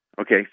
Okay